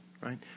right